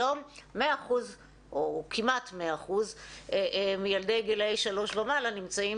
היום כמעט 100% מילדי גילאי שלוש ומעלה נמצאים